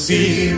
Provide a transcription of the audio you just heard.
See